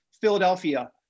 Philadelphia